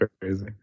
crazy